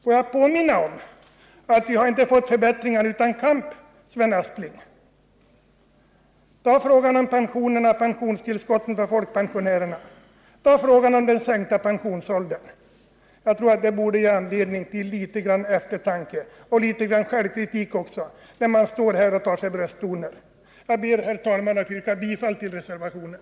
Låt mig påminna om att vi inte har fått förbättringar utan kamp, Sven Aspling! Ta frågan om pensionstillskotten för pensionärerna! Ta frågan om den sänkta pensionsåldern! De borde ge anledning till litet grand eftertanke och självkritik och inte till att ta till brösttener. Jag ber, herr talman, att få yrka bifall till reservationen.